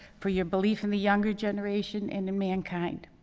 for your belief in the younger generation and in mankind,